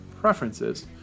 Preferences